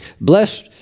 bless